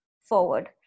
forward